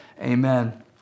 Amen